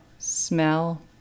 Smell